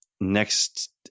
next